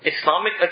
Islamic